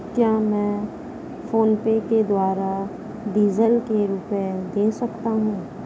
क्या मैं फोनपे के द्वारा डीज़ल के रुपए दे सकता हूं?